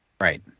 Right